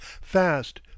fast